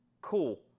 Cool